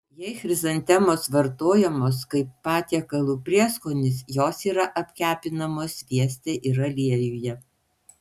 jeigu chrizantemos vartojamos kaip patiekalų prieskonis jos yra apkepinamos svieste ir aliejuje